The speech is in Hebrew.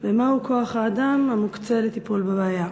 4. מה הוא כוח-האדם המוקצה לטיפול בבעיה?